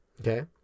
Okay